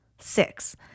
Six